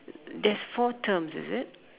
there's four terms is it